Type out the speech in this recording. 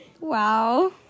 Wow